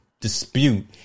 dispute